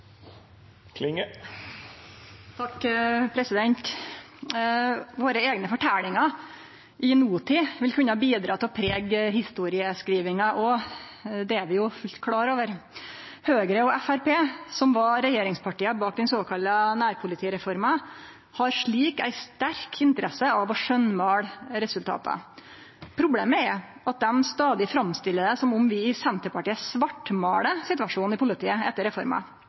Våre eigne forteljingar i notid vil kunne bidra til å prege historieskrivinga òg. Det er vi jo fullt klar over. Høgre og Framstegspartiet, som var regjeringspartia bak den såkalla nærpolitireforma, har slik ei sterk interesse av å pynte på resultata. Problemet er at dei stadig framstiller det som om vi i Senterpartiet svartmålar situasjonen i politiet etter